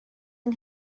yng